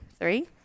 three